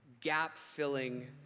gap-filling